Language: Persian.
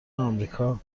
آمریکا